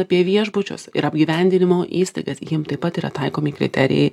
apie viešbučius ir apgyvendinimo įstaigas jiem taip pat yra taikomi kriterijai